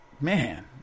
man